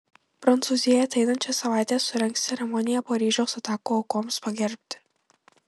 prancūzija ateinančią savaitę surengs ceremoniją paryžiaus atakų aukoms pagerbti